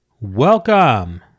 Welcome